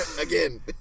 Again